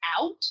out